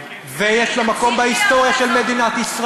ותמשיך להיות כזאת.